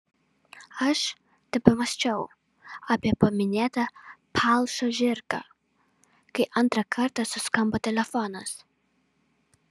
aš tebemąsčiau apie paminėtą palšą žirgą kai antrą kartą suskambo telefonas